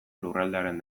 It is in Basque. lurraldearen